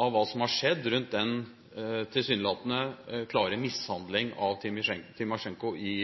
av hva som har skjedd rundt den tilsynelatende klare mishandling av Timosjenko i